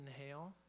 inhale